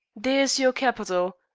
there's your capital.